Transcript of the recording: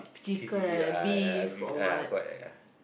cheesy uh uh correct ah